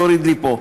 תוריד לי פה.